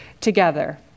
together